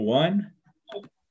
one